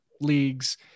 leagues